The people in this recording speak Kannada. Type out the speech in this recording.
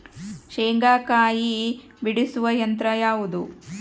ಶೇಂಗಾಕಾಯಿ ಬಿಡಿಸುವ ಯಂತ್ರ ಯಾವುದು?